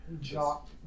Jock